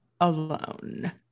alone